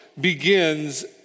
begins